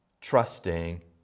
trusting